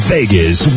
Vegas